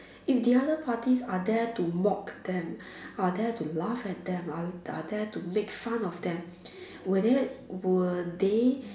if the other parties are there to mock them are there to laugh at them are are there to make fun of them will there will they